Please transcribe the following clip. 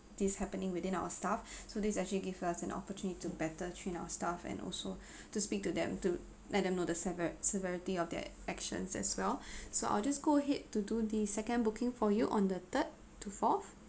this happening within our staff so this actually give us an opportunity to better train our staff and also to speak to them to let them know the sever~ severity of their actions as well so I'll just go ahead to do the second booking for you on the third to fourth